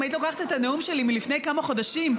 אם היית לוקחת את הנאום שלי מלפני כמה חודשים,